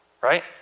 right